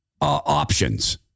options